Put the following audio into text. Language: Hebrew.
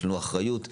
יש לנו אחריות כוועדה,